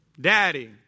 Daddy